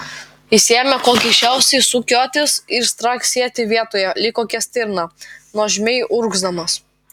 jis ėmė kuo keisčiausiai sukiotis ir straksėti vietoje lyg kokia stirna nuožmiai urgzdamas